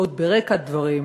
עוד ברקע הדברים,